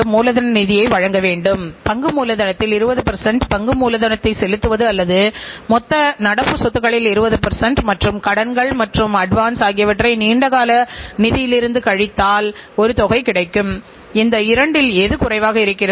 உற்பத்தித்திறனை அதிகரிப்பது என்பது மறு உற்பத்திக்கான வேறுபட்ட பிற காரணிகளின் மூலப்பொருள் கிடைப்பதற்கான பல முயற்சிகளின் தரம் நல்ல தரமான அமைப்பு மின்சாரம் கிடைக்கக்கூடிய திறன் கட்டிடங்கள் இயந்திரங்கள் ஆகியன ஆகும்